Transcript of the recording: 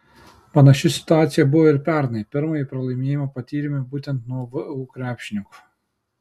panaši situacija buvo ir pernai pirmąjį pralaimėjimą patyrėme būtent nuo vu krepšininkų